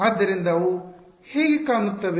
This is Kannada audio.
ಆದ್ದರಿಂದ ಅವು ಹೇಗೆ ಕಾಣುತ್ತವೆ